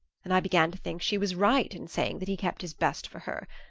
and i began to think she was right in saying that he kept his best for her.